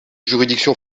juridictions